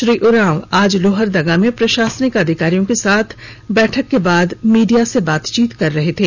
श्री उरांव आज लोहरदगा में प्रशासनिक अधिकारियों को साथ बैठक के बाद मीडिया से बातचीत कर रहे थे